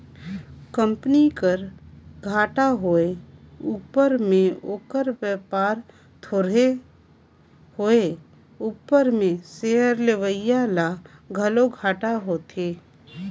company कर घाटा होए उपर में ओकर बयपार थोरहें होए उपर में सेयर लेवईया ल घलो घाटा होथे